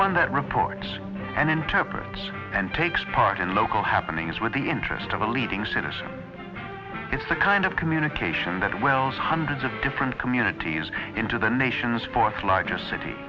one that reports and interprets and takes part in local happening is when the interest of a leading citizen is kind of communication that wells hundreds of different communities into the nation's fourth largest city